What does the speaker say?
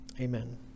Amen